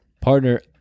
Partner